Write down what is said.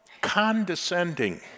condescending